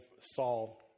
Saul